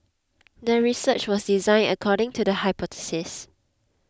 the research was designed according to the hypothesis